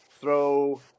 throw